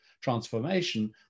transformation